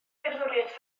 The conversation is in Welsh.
gerddoriaeth